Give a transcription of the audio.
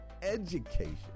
education